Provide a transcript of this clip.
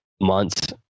months